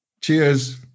Cheers